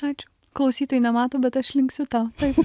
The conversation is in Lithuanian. ačiū klausytojai nemato bet aš linksiu tau taip